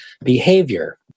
behavior